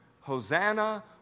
Hosanna